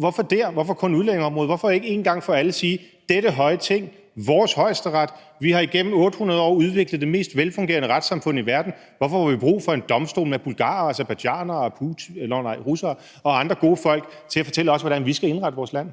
Hvorfor dér? Hvorfor kun udlændingeområdet? Hvorfor ikke en gang for alle sige: Dette høje Ting, vores Højesteret, vi har igennem 800 år udviklet det mest velfungerende retssamfund i verden, hvorfor har vi brug for en domstol med bulgarere og aserbajdsjanere og russere og andre gode folk til at fortælle os, hvordan vi skal indrette vores land?